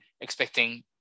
expecting